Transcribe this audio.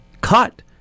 cut